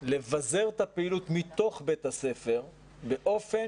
לבזר את הפעילות מתוך בית הספר באופן